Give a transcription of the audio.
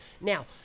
Now